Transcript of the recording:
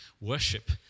worship